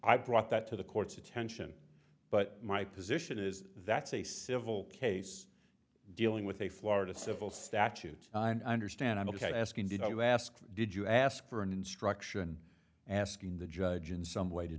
i brought that to the court's attention but my position is that's a civil case dealing with a florida civil statute and i understand i'm ok asking did you ask did you ask for an instruction asking the judge in some way to